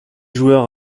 joueurs